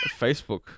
Facebook